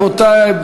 רבותי,